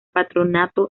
patronato